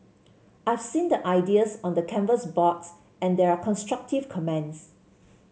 I've seen the ideas on the canvas boards and there are constructive comments